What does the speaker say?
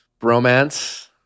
bromance